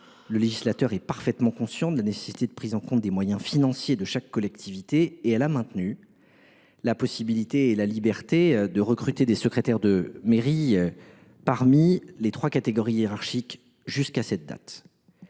Le législateur, parfaitement conscient de la nécessité de tenir compte des moyens financiers de chaque collectivité, a maintenu la liberté de recruter des secrétaires de mairie parmi les trois catégories hiérarchiques de la